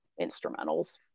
instrumentals